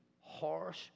harsh